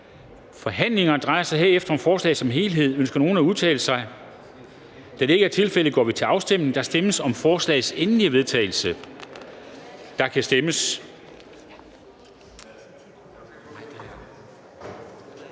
Forhandlingerne drejer sig herefter om forslaget som helhed. Ønsker nogen at udtale sig? Da det ikke er tilfældet, går vi til afstemning. Kl. 12:25 Afstemning Formanden (Henrik Dam Kristensen): Der stemmes